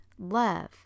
love